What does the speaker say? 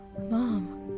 Mom